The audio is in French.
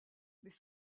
mais